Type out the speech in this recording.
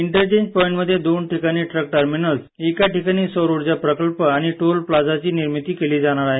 interchange पॉईंटमध्ये दोन ठिकाणी ट्रक टर्मिनल्स एका ठिकाणी सौर ऊर्जा प्रकल्प आणि टोल प्राझाची निर्मिती केली जाणार आहे